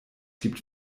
gibt